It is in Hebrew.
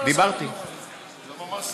דיברתי איתו.